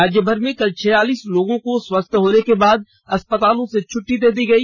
राज्यभर में कल छयालीस लोगों को स्वस्थ होने के बाद अस्पतालों से छुट्टी दे दी गई